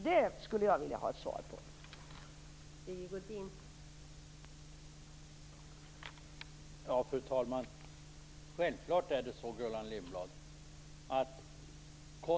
Det skulle jag vilja ha en kommentar till.